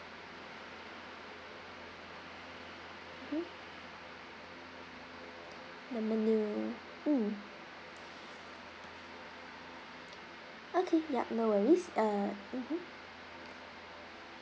mm the menu mm okay yup no worries uh mmhmm